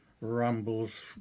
rumbles